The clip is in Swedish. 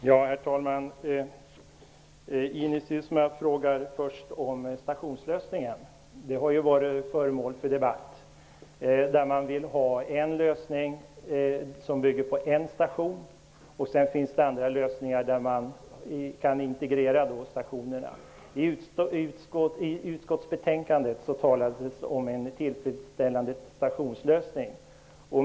Herr talman! Ines Uusmann frågade först om stationslösningen, som ju har varit föremål för debatt. Det finns de som vill ha en lösning som bygger på en station, och det finns andra lösningar som innebär att stationerna kan integreras. I utskottsbetänkandet talas det om en tillfredsställande stationslösning.